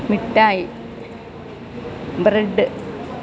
മിഠായി ബ്രെഡ്